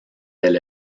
del